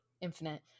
Infinite